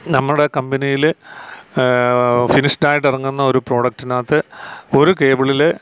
നമ്മുടെ കമ്പനിയിൽ ഫിനിഷ്ഡ് ആയിട്ട് ഇറങ്ങുന്ന ഒരു പ്രോഡക്റ്റിനകത്ത് ഒരു കേബിളിൽ